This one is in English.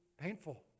painful